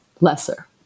lesser